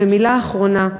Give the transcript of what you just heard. ומילה אחרונה,